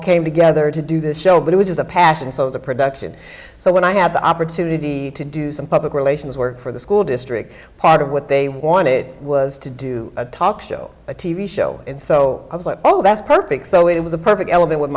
came together to do this show but it was a passion so the production so when i had the opportunity to do some public relations work for the school district part of what they wanted was to do a talk show a t v show and so i was like oh that's perfect so it was a perfect element with